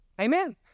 Amen